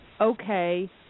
okay